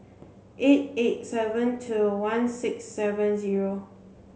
eight eight seven two one six seven zero